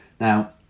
Now